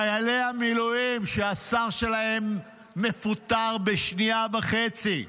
חיילי המילואים, שהשר שלהם מפוטר בשנייה וחצי?